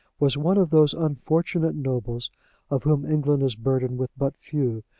was one of those unfortunate nobles of whom england is burdened with but few,